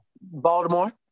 Baltimore